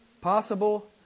Possible